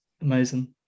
Amazing